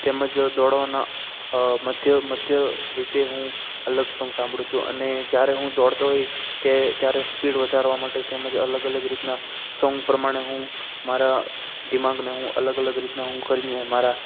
તેમજ દોડવાના મધ્ય મધ્ય રીતે હું અલગ સોંગ સાંભળું છું અને જ્યારે હું દોડતો હોય તે ત્યારે સ્પીડ વધારવા માટે તેમજ અલગ અલગ રીતના સોંગ પ્રમાણે હું મારા દિમાગને હું અલગ અલગ રીતના હું કરીને મારા